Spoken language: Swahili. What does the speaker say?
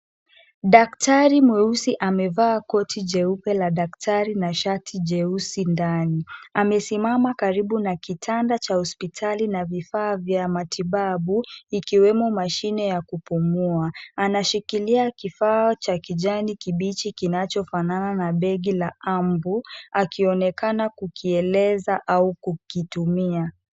Daktari mweusi amevaa koti jeupe la daktari na shati jeusi ndani. Amesimama karibu na kitanda cha hospitali na vifaa vya matibabu, ikiwemo mashine ya kupumua. Anashikilia kifaa cha kijani kibichi kinachofanana na begi la ambu akioonekana kukieleza au kukitumia.